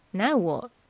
now what?